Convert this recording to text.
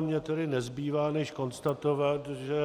Mně tedy nezbývá než konstatovat, že